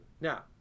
Now